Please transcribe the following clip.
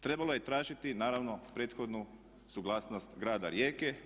Trebalo je tražiti naravno prethodnu suglasnost Grada Rijeke.